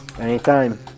anytime